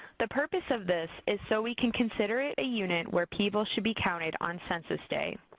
the purpose of this is so we can consider it a unit where people should be counted on census day.